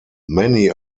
many